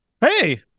Hey